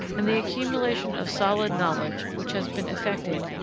and the accumulation of solid knowledge, which has been effected,